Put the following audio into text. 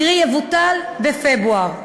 קרי יבוטל בפברואר.